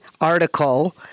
article